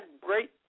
great